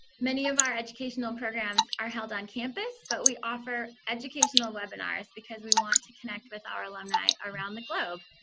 many of our educational programs are held on campus, but we offer educational webinars because we want to connect with our alumni around the globe.